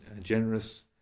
generous